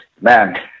Man